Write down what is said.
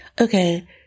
Okay